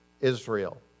Israel